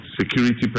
security